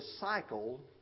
Cycle